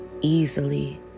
easily